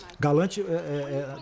Galante